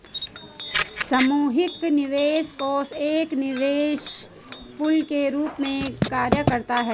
सामूहिक निवेश कोष एक निवेश पूल के रूप में कार्य करता है